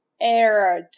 error